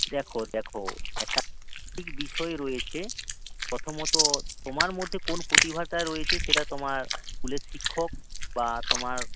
দেখো দেখো একাধিক বিষয় রয়েছে প্রথমত তোমার মধ্যে কোন প্রতিভাটা রয়েছে সেটা তোমার স্কুলের শিক্ষক বা তোমার